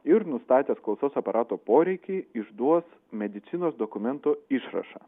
ir nustatęs klausos aparato poreikį išduos medicinos dokumento išrašą